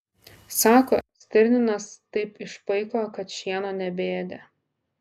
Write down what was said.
sako stirninas taip išpaiko kad šieno nebeėdė